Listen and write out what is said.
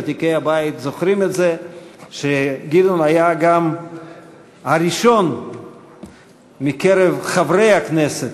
ותיקי הבית זוכרים את זה שגדעון היה גם הראשון מקרב חברי הכנסת,